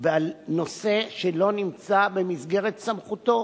בנושא שלא נמצא במסגרת סמכותו.